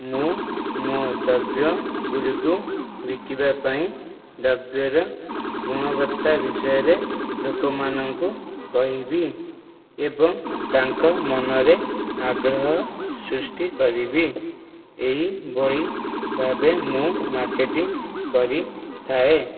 ମୁଁ ମୋ ଦ୍ରବ୍ୟ ଗୁଡ଼ିକୁ ବିକିବା ପାଇଁ ଦ୍ରବ୍ୟର ଗୁଣବତ୍ତା ବିଷୟରେ ଲୋକମାନଙ୍କୁ କହିବି ଏବଂ ତାଙ୍କ ମନରେ ଆଗ୍ରହ ସୃଷ୍ଟି କରିବି ଏହିଭଳି ଭାବେ ମୁଁ ମାର୍କେଟିଂ କରିଥାଏ